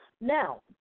Now